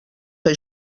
que